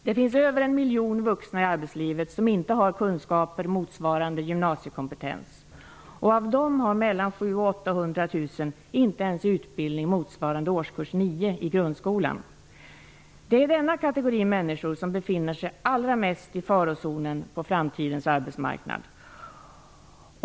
Det finns över 1 miljon vuxna i arbetslivet som inte har kunskaper motsvarande gymnasiekompetens. Av dessa har 700 000--800 000 inte ens en utbildning motsvarande årskurs 9 i grundskolan. Det är denna kategori människor som allra mest befinner sig i farozonen när det gäller framtidens arbetsmarknad.